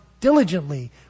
diligently